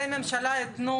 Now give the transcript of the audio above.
נכון, שהממלכה נותנת.